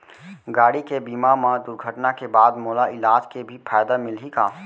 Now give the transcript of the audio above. गाड़ी के बीमा मा दुर्घटना के बाद मोला इलाज के भी फायदा मिलही का?